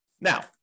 Now